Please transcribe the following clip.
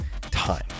time